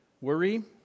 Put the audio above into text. Worry